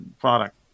product